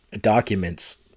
documents